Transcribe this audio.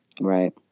Right